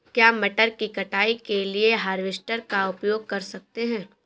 क्या मटर की कटाई के लिए हार्वेस्टर का उपयोग कर सकते हैं?